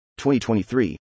2023